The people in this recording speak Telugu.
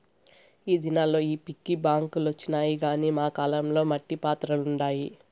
ఈ దినాల్ల ఈ పిగ్గీ బాంక్ లొచ్చినాయి గానీ మా కాలం ల మట్టి పాత్రలుండాయి